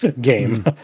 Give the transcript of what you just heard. game